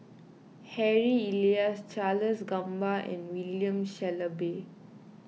Harry Elias Charles Gamba and William Shellabear